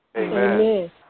Amen